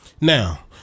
Now